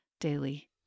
daily